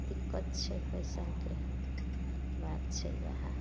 दिक्कत छै पइसाके बात छै इएह